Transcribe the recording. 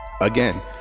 Again